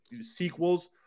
sequels